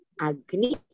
agni